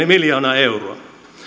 miljoonaa euroa